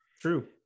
True